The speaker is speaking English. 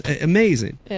amazing